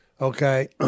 okay